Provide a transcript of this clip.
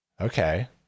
Okay